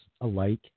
alike